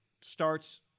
starts